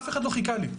אף אחד לא חיכה לי.